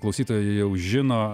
klausytojai jau žino